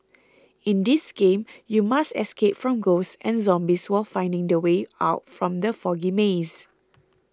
in this game you must escape from ghosts and zombies while finding the way out from the foggy maze